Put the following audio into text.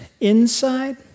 inside